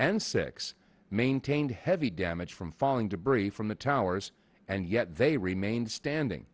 and six maintained heavy damage from falling debris from the towers and yet they remained standing